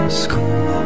school